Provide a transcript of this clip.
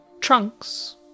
trunks